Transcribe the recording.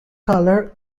color